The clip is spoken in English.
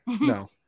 No